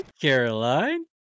Caroline